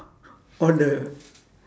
all the